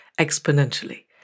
exponentially